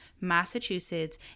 Massachusetts